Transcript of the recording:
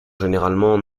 généralement